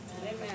Amen